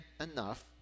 enough